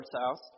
house